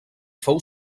fou